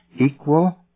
equal